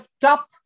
top